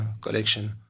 collection